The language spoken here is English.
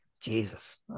Jesus